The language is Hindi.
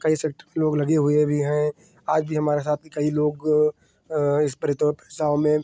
कई सेक्टर के लोग लगे हुए भी हैं आज भी हमारे साथ कई लोग इस यू पी एस सी परीक्षाओं में